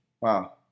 Wow